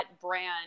brand